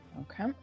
Okay